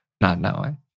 not-knowing